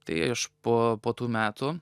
tai aš po po tų metų